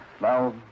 Now